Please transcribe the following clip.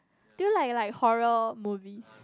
do you like like horror movies